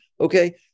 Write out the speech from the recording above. Okay